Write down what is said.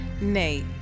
Nate